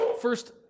first